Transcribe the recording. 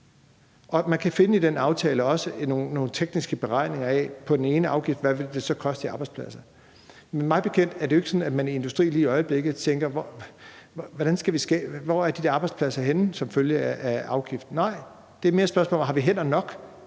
Man kan i den aftale også finde nogle tekniske beregninger af, hvad det i forhold til den ene afgift så vil koste i forhold til arbejdspladser. Mig bekendt er det jo ikke sådan, at man i industrien lige i øjeblikket tænker, hvor de der arbejdspladser er henne, som følge af afgiften. Nej, det er mere et spørgsmål om, om vi har hænder nok